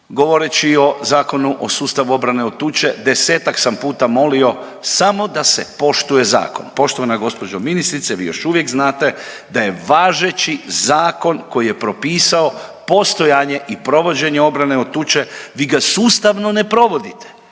Govoreći o Zakonu o sustavu obranu od tuče desetak sam puta molio samo da se poštuje zakona, poštovana gospođo ministrice vi još uvijek znate da je važeći zakon koji je propisao postojanje i provođenje obrane od tuče vi ga sustavno ne provodite.